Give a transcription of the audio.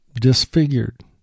disfigured